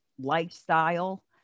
lifestyle